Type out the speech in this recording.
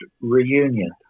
reunion